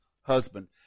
husband